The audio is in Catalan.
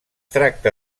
tracta